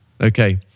Okay